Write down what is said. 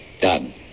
Done